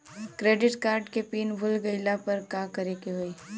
Credit card के pin भूल गईला पर का करे के होई?